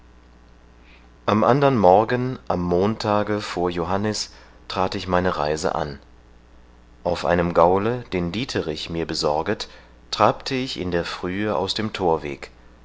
am andern morgen am montage vor johannis trat ich meine reise an auf einem gaule den dieterich mir besorget trabte ich in der frühe aus dem thorweg